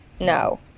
No